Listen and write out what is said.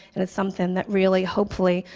and it's something that really, hopefully,